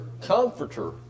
comforter